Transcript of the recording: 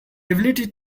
ability